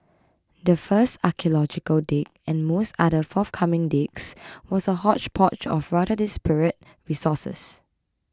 the first archaeological dig and most other forthcoming digs was a hodgepodge of rather disparate resources